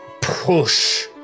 push